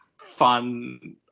fun